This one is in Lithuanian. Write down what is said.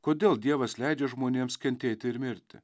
kodėl dievas leidžia žmonėms kentėti ir mirti